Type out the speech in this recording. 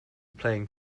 playing